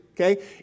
okay